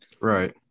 Right